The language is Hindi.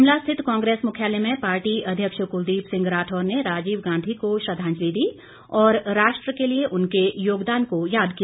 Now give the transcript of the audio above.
शिमला स्थित कांग्रेस मुख्यालय में पार्टी अध्यक्ष कुलदीप सिंह राठौर ने राजीव गांधी को श्रद्वांजलि दी और राष्ट्र के लिए उनके योगदान को याद किया